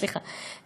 סליחה.